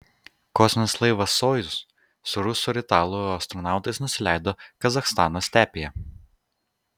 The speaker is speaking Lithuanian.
kosminis laivas sojuz su rusų ir italų astronautais nusileido kazachstano stepėje